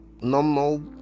normal